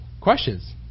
questions